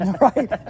right